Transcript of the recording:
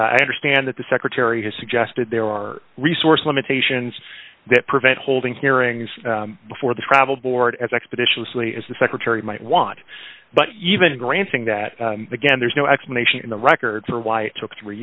i understand that the secretary has suggested there are resource limitations that prevent holding hearings before the travel board as expeditiously as the secretary might want but you even granting that again there's no explanation in the record for why it took three